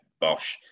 Bosch